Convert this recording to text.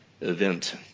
event